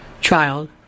child